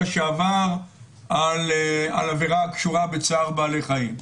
שעבר על עבירה הקשורה בצער בעלי חיים.